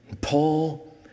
Paul